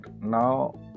now